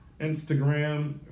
Instagram